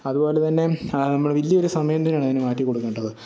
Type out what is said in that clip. അതുപോലെതന്നെ നമ്മൾ വലിയൊരു സമയം തന്നെയാണ് അതിനു മാറ്റി കൊടുക്കേണ്ടത്